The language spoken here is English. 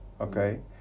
Okay